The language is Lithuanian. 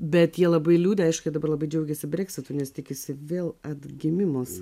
bet jie labai liūdi aišku dabar labai džiaugiasi breksitu nes tikisi vėl atgimimas